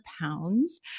pounds